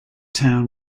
town